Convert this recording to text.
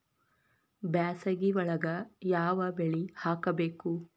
ಬ್ಯಾಸಗಿ ಒಳಗ ಯಾವ ಬೆಳಿ ಹಾಕಬೇಕು?